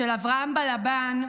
של אברהם בלבן,